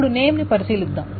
ఇప్పుడు నేమ్ ను పరిశీలిద్దాం